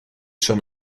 schon